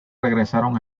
regresaron